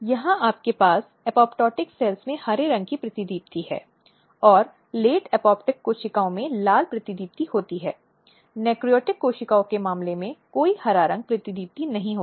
इसलिए जितना संभव हो महिला न्यायाधीश होनी चाहिए जो मामले को देखें